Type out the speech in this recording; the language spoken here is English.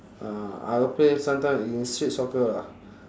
uh I will play sometime in street soccer lah